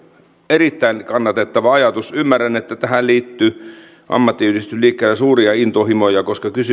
erittäin kannatettava ajatus ymmärrän että tähän liittyy ammattiyhdistysliikkeellä suuria intohimoja